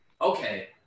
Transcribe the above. Okay